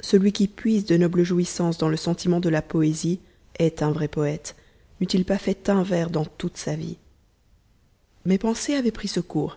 celui qui puise de nobles jouissances dans le sentiment de la poésie est un vrai poète n'eût-il pas fait un vers dans toute sa vie mes pensées avaient pris ce cours